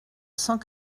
cent